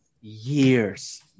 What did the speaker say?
years